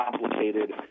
complicated